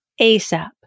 ASAP